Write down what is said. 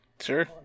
Sure